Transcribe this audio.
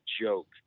joke